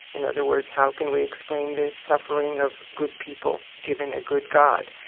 in other words, how can we explain the suffering of good people given a good god?